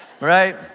right